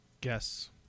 guess